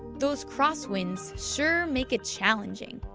those crosswinds sure make it challenging!